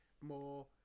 more